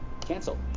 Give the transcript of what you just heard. Cancel